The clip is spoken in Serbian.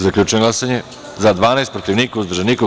Zaključujem glasanje: za – 12, protiv – niko, uzdržan – niko.